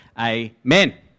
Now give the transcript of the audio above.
Amen